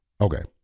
Okay